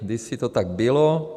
Kdysi to tak bylo.